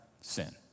sin